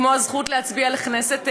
כמו הזכות להצביע לכנסת ישראל.